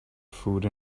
food